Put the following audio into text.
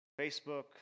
Facebook